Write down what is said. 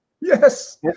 Yes